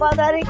that